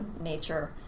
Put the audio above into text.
nature